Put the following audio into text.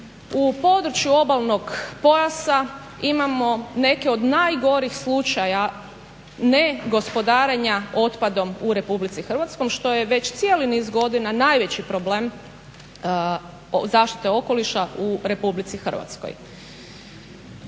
u području obalnog pojasa imamo neke od najgorih slučaja ne gospodarenja otpadom u Republici Hrvatskoj što je već cijeli niz godina najveći problem zaštite okoliša u Republici Hrvatskoj.